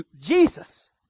Jesus